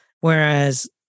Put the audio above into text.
whereas